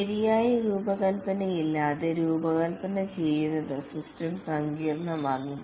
ശരിയായ രൂപകൽപ്പനയില്ലാതെ രൂപകൽപ്പന ചെയ്യുന്നത് സിസ്റ്റം സങ്കീർണ്ണമാകും